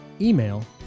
email